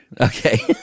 Okay